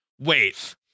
Wait